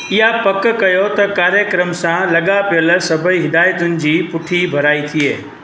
इहा पक कयो त कार्यक्रम सां लॻा पियल सभई हिदायतुनि जी पुठि भराई थिए